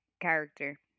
character